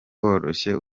woroshye